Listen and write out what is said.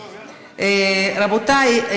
רבותי,